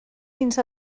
fins